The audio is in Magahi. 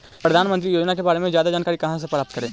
प्रधानमंत्री योजना के बारे में जादा जानकारी कहा से प्राप्त करे?